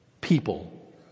people